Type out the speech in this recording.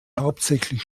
hauptsächlich